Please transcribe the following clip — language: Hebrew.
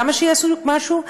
למה שיעשו משהו?